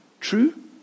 True